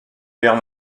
guerre